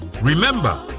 Remember